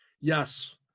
Yes